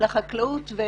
לחקלאות,